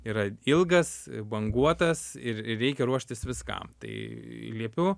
yra ilgas banguotas ir ir reikia ruoštis viskam tai liepiu